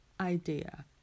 idea